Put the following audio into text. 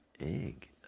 egg